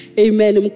amen